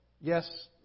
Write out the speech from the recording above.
yes